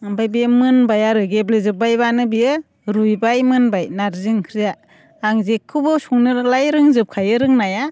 ओमफ्राय बे मोनबाय आरो गेब्ले जोब्बायबानो बे रुइबाय मोनबाय नारजि ओंख्रिया आं जेखौबो संनोलाय रोंजोबखायो रोंनाया